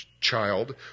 child